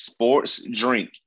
SPORTSDRINK